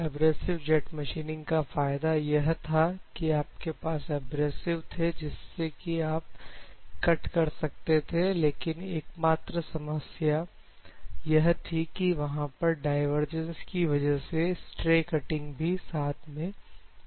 abrasive jet machining का फायदा यह था कि आपके पास अब एब्रेसिव थे जिससे कि आप कट कर सकते थे लेकिन एकमात्र समस्या यह थी कि वहां पर डायवर्जेंस की वजह से स्ट्रे कटिंग भी साथ में होती थी